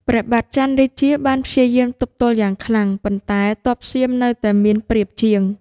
ព្រះបាទច័ន្ទរាជាបានព្យាយាមទប់ទល់យ៉ាងខ្លាំង ប៉ុន្តែទ័ពសៀមនៅតែមានប្រៀបជាង។